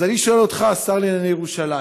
אז אני שואל אותך, השר לענייני ירושלים,